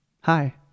Hi